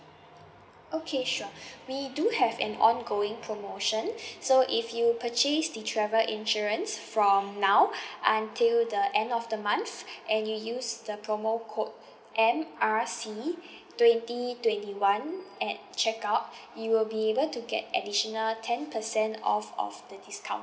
okay sure we do have an ongoing promotion so if you purchase the travel insurance from now until the end of the month and you use the promo code M R C twenty twenty one at checkout you will be able to get additional ten percent off of the discounted